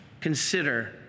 consider